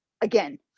again